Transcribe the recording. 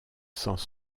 sans